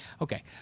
Okay